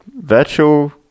Virtual